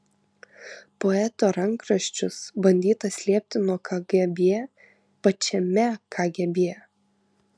poeto rankraščius bandyta slėpti nuo kgb pačiame kgb